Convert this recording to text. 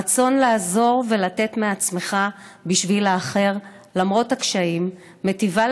הרצון לעזור ולתת מעצמך בשביל האחר למרות הקשיים מיטיבה